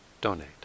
donate